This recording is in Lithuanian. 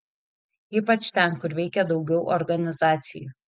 ypač ten kur veikė daugiau organizacijų